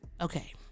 okay